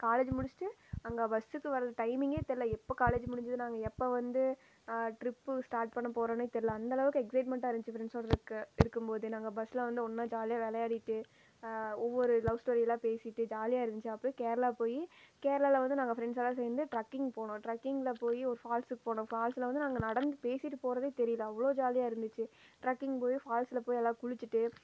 college முடித்திட்டு அங்கே பஸ்க்கு வரது டைமிங்கே தெரில எப்போது காலேஜ் முடிஞ்சுது நாங்கள் எப்போ வந்து ட்ரிப்பு ஸ்டார்ட் பண்ண போறோம்னே தெரில அந்த அளவுக்கு எக்ஸைட்மென்ட்டாக இருந்துச்சு ஃப்ரண்ட்ஸோடு இருக்க இருக்கும் போதே நாங்கள் பஸ்ஸில் வந்து ஒன்றா ஜாலியாக விளையாடிகிட்டு ஒவ்வொரு லவ் ஸ்டோரி எல்லாம் பேசிகிட்டு ஜாலியாருந்துச்சு அப்படியே கேரளா போய் கேரளாவில் வந்து நாங்கள் ஃப்ரண்ட்ஸ் எல்லாம் சேர்ந்து ட்ரக்கிங் போனோம் ட்ரக்கிங்கில் போய் ஒரு ஃபால்ஸ்சுக்கு போனோம் ஃபால்ஸில் வந்து நாங்கள் நடந்து பேசிகிட்டு போறதே தெரியலை அவ்வளோ ஜாலியாருந்துச்சி ட்ரக்கிங் போய் ஃபால்ஸில் போய் நல்லா குளிச்சுட்டு